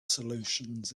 solutions